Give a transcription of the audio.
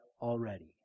already